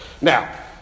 Now